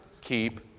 keep